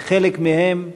וחלק מהם,